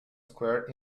square